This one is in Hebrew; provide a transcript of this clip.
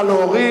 נא להוריד.